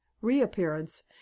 reappearance